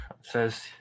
says